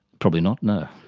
probably not, no.